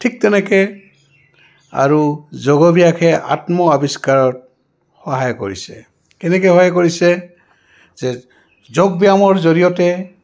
ঠিক তেনেকৈ আৰু যোগভ্যাসে আত্ম আৱিষ্কাৰত সহায় কৰিছে কেনেকৈ সহায় কৰিছে যে যোগ ব্যায়ামৰ জৰিয়তে